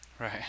right